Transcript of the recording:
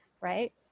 right